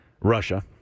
Russia